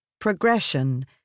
progression